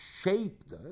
shaped